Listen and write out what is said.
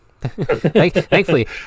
Thankfully